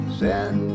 send